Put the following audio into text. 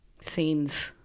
Scenes